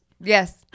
Yes